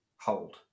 hold